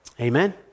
Amen